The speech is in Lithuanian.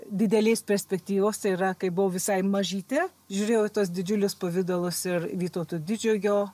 didelės perspektyvos tai yra kai buvau visai mažytė žiūrėjau į tuos didžiulius pavidalus ir vytauto didžiojo